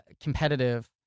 competitive